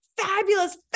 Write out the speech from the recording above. fabulous